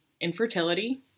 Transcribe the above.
infertility